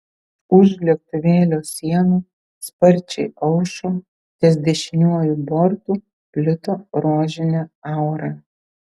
už lėktuvėlio sienų sparčiai aušo ties dešiniuoju bortu plito rožinė aura